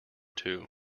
two